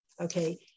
okay